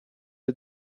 est